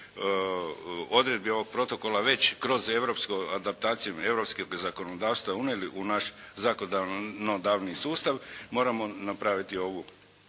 odredbi ovog protokola već kroz europskom adaptacijom europskog zakonodavstva unijeli u naš zakonodavni sustav moramo napraviti ovu